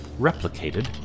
Replicated